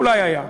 אולי היה.